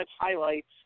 highlights